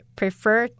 prefer